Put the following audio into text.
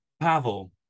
pavel